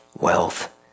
Wealth